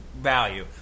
value